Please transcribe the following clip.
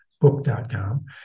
book.com